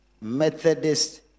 Methodist